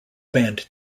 band